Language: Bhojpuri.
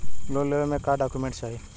लोन लेवे मे का डॉक्यूमेंट चाही?